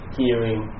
hearing